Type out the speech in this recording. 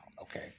Okay